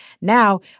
Now